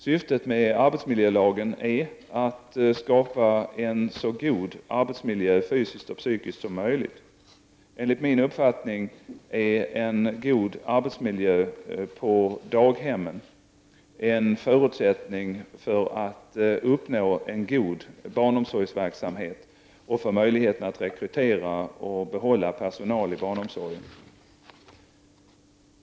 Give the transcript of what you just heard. Syftet med arbetsmiljölagen är att skapa en så god arbetsmiljö, fysiskt och psykiskt, som möjligt. Enligt min uppfattning är en god arbetsmiljö på daghemmen en förutsättning för att uppnå en god barnomsorgsverksamhet och för möjligheten att rekrytera och behålla personal i barnomsorgen.